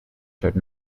showed